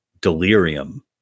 delirium